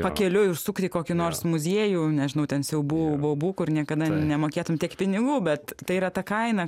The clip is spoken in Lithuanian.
pakeliui užsukti į kokį nors muziejų nežinau ten siaubu baubų kur niekada nemokėtum tiek pinigų bet tai yra ta kaina